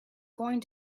going